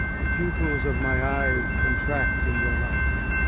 the pupils of my eyes contract in your light,